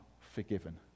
forgiven